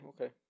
okay